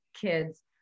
kids